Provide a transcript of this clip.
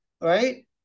Right